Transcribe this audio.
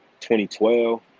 2012